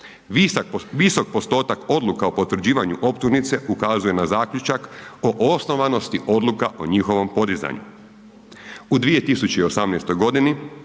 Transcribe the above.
Visok postotak odluka o potvrđivanju optužnice ukazuje na zaključak o osnovanosti odluka o njihovom podizanju. U 2018.g.